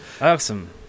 awesome